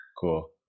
Cool